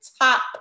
top